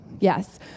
Yes